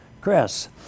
Chris